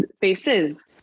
faces